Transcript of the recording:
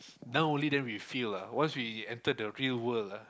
now only then we feel ah once we enter the real world ah